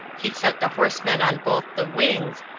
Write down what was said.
he set the horsemen on both the wings,